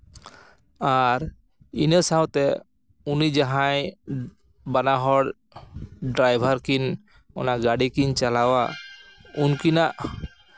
ᱟᱨ ᱤᱱᱟᱹ ᱥᱟᱶᱛᱮ ᱩᱱᱤ ᱡᱟᱦᱟᱸᱭ ᱵᱟᱱᱟᱦᱚᱲ ᱰᱨᱟᱭᱵᱷᱟᱨ ᱠᱤᱱ ᱜᱟᱹᱰᱤ ᱠᱤᱱ ᱪᱟᱞᱟᱣᱟ ᱩᱱᱠᱤᱱᱟᱜ